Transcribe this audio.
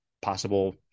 Possible